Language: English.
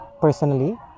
personally